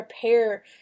prepare